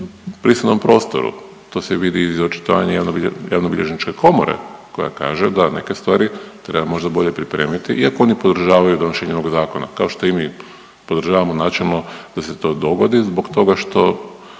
brisanom prostoru. To se vidi i iz očitovanja Javnobilježničke komore koja kaže da neke stvari treba možda bolje pripremiti, iako oni podržavaju donošenje ovog zakona kao što i mi podržavamo načelno da se to dogodi zbog toga što